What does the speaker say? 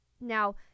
Now